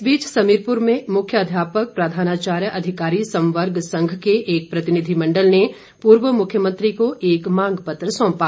इस बीच समीरपुर में मुख्य अध्यापक प्रधानाचार्य अधिकारी सम्वर्ग संघ के एक प्रतिनिधिमण्डल ने पूर्व मुख्यमंत्री को एक मांग पत्र सौंपा